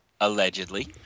allegedly